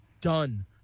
done